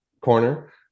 corner